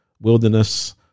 wilderness